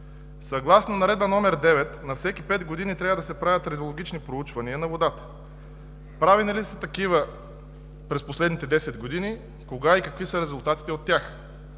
Съгласно Наредба № 9 на всеки пет години трябва да се правят радиологични проучвания на водата. Правени ли са такива през последните десет години, кога и какви са резултатите от тях?